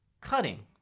cutting